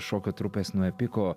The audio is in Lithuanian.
šokio trupės nuepiko